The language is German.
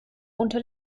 unter